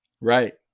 Right